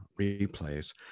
replays